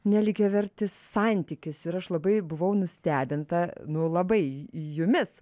nelygiavertis santykis ir aš labai buvau nustebinta nu labai jumis